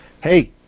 Hey